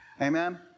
Amen